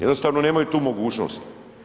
Jednostavno nemaju tu mogućnost.